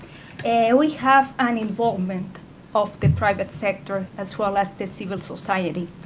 and we have an involvement of the private sector as well as the civil society.